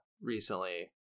recently